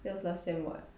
that was last sem [what]